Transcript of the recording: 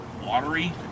watery